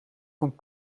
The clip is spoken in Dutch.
van